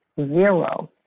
zero